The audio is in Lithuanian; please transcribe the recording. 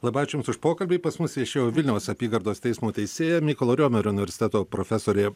labai ačiū jums už pokalbį pas mus viešėjo vilniaus apygardos teismo teisėja mykolo romerio universiteto profesorė